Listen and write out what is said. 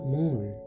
more